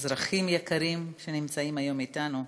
אזרחים יקרים שנמצאים היום אתנו,